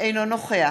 אינו נוכח